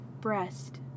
breast